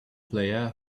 player